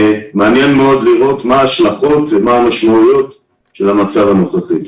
מעניין לראות מה ההשלכות ומה המשמעויות של המצב הנוכחי.